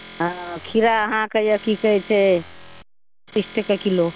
हँ खीरा अहाँके यए की कहैत छै से तीस टके किलो